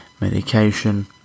medication